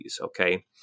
Okay